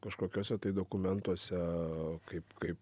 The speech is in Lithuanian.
kažkokiose tai dokumentuose kaip kaip